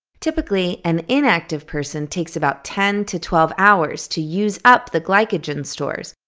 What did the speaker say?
typically, an inactive person takes about ten to twelve hours to use up the glycogen stores,